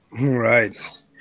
Right